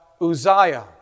Uzziah